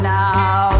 now